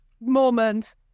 moment